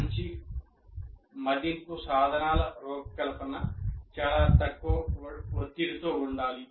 మంచి మదింపు సాధనాల రూపకల్పన చాలా తక్కువ ఒత్తిడితో ఉండాలి